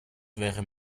wäre